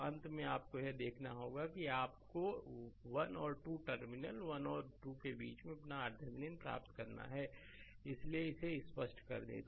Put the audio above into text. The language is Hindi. तो अंत में आपको यह देखना होगा कि आपको 1 और 2 टर्मिनल 1 और 2 के बीच में अपना RTheveninप्राप्त करना है इसलिए इसे स्पष्ट कर दें